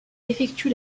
effectue